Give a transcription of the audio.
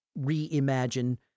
reimagine